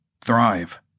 thrive